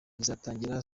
bizatangira